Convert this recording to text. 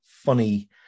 funny